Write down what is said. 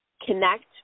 connect